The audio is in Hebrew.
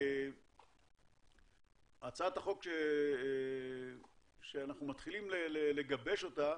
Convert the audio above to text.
הצעת החוק שאנחנו מתחילים לגבש אותה,